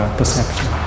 perception